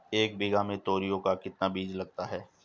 एक बीघा में तोरियां का कितना बीज लगता है?